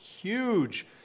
huge